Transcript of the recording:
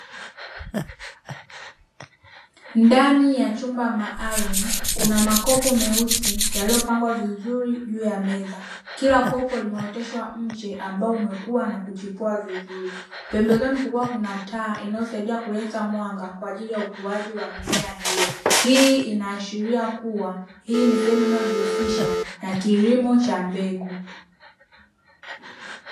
Ndani ya chumba maalumu kuna makopo meusi yaliyopangwa vizuri juu ya meza; kila kopo limeoteshwa mche ambao umekuwa na kuchipua vizuri, pembezoni kukiwa kuna taa inayosaidia kuleta mwanga kwaajili ya ukuaji wa mimea hiyo. Hii inaashiria kuwa hii ni sehemu inayo jihususha na kilimo cha mbegu.